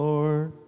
Lord